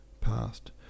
past